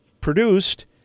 produced